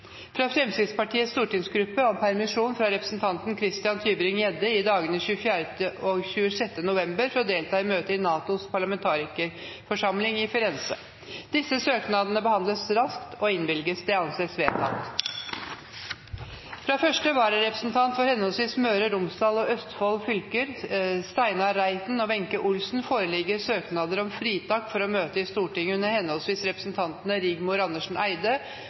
Fra Fremskrittspartiets stortingsgruppe om permisjon for representanten Christian Tybring-Gjedde i dagene 25. og 26. november for å delta i møte i NATOs parlamentariske forsamling i Firenze. Disse søknader foreslås behandlet straks og innvilget. – Det anses vedtatt. Fra første vararepresentant for henholdsvis Møre og Romsdal fylke og Østfold fylke, Steinar Reiten og Wenche Olsen, foreligger søknader om fritak for å møte i Stortinget under henholdsvis representanten Rigmor Andersen